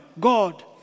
God